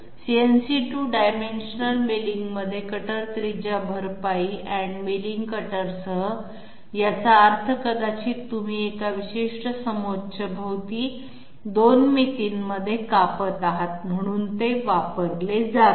CNC 2 dimensional मिलिंगमध्ये cutter radius compensation end milling कटरसह याचा अर्थ कदाचित तुम्ही एका विशिष्ट समोच्चभोवती 2 मितींमध्ये कापत आहात म्हणून ते वापरले जाते